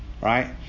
Right